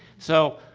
so,